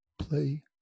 play